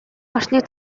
орчныг